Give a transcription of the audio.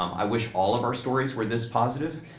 um i wish all of our stories where this positive,